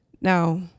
Now